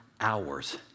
hours